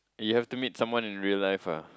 you have to meet someone in real life ah